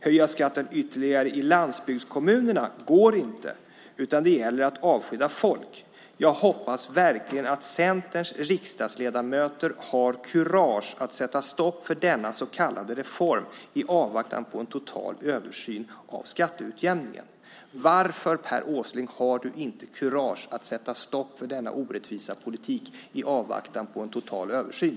Höja skatten ytterligare i landsbygdskommunerna går inte, utan det gäller att avskeda folk. Jag hoppas verkligen att centerns riksdagsledamöter har kurage att sätta stopp för denna så kallade reform i avvaktan på en total översyn av skatteutjämningen." Varför, Per Åsling, har du inte kurage att sätta stopp för denna orättvisa politik i avvaktan på en total översyn?